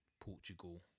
Portugal